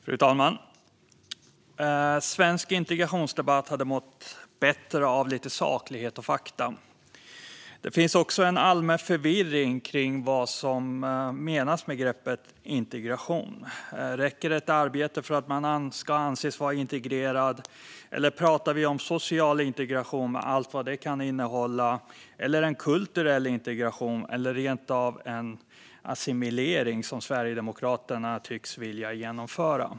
Fru talman! Svensk integrationsdebatt hade mått bättre av lite saklighet och fakta. Det finns också en allmän förvirring kring vad som menas med begreppet integration. Räcker ett arbete för att man ska anses vara integrerad, eller pratar vi om social integration med allt vad det kan innehålla, eller en kulturell integration eller rent av en assimilering som Sverigedemokraterna tycks vilja genomföra?